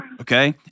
Okay